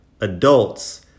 adults